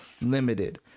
Limited